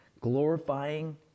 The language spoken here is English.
glorifying